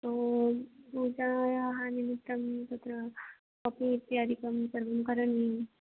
तो पूजायाः निमित्तं तत्र शापिङ्ग् इत्यादिकं सर्वं करणीयम्